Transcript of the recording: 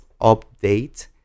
update